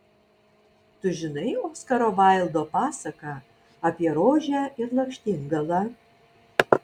tu žinai oskaro vaildo pasaką apie rožę ir lakštingalą